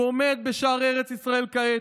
הוא עומד בשערי ארץ ישראל כעת,